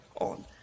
on